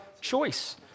choice